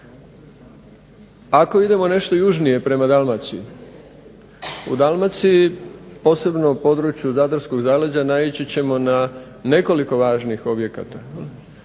Ako idemo nešto južnije prema Dalmaciji, u Dalmaciji, posebno u području zadarskog zaleđa, naići ćemo na nekoliko važnih objekata.